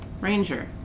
Ranger